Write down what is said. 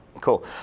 Cool